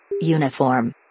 Uniform